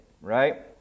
right